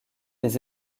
des